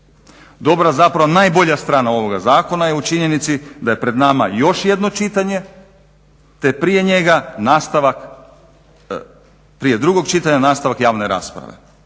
Dobra, zapravo najbolja strana ovoga zakona je u činjenici da je pred nama još jedno čitanje te prije drugog čitanja nastavak javne rasprave.